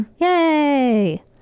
Yay